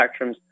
spectrums